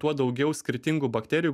tuo daugiau skirtingų bakterijų